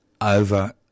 over